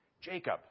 Jacob